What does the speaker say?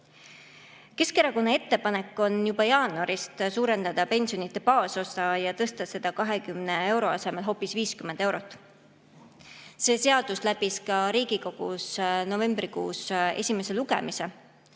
Keskerakonna ettepanek on juba jaanuarist suurendada pensionide baasosa ja tõsta seda 20 euro asemel hoopis 50 eurot. See seadus läbis ka Riigikogus novembrikuus esimese lugemise.